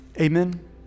amen